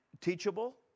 teachable